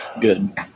Good